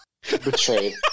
Betrayed